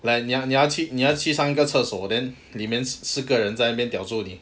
like like 你要去你要去上一个厕所 then 你们四个人在那边叼住你